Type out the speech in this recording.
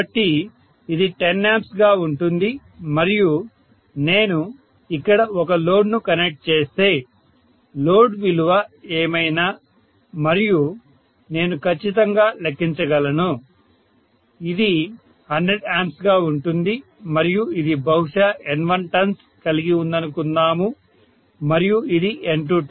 కాబట్టి ఇది 10 A గా ఉంటుంది మరియు నేను ఇక్కడ ఒక లోడ్ను కనెక్ట్ చేస్తే లోడ్ విలువ ఏమైనా మరియు నేను ఖచ్చితంగా లెక్కించగలను ఇది 100 A గా ఉంటుంది మరియు ఇది బహుశా N1 టర్న్స్ కలిగి ఉందనుకుందాము మరియు ఇది N2 టర్న్స్ 10 1